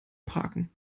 parken